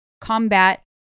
combat